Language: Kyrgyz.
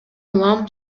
улам